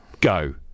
go